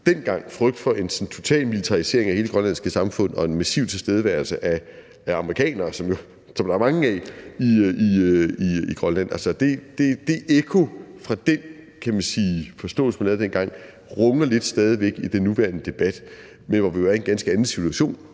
en frygt for en total militarisering af hele det grønlandske samfund og en massiv tilstedeværelse af amerikanere, som der er mange af i Grønland. Altså det ekko fra den, man kan sige forståelse, man havde dengang, runger lidt stadig væk i den nuværende debat. Men vi er i en anden situation